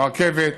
הרכבת,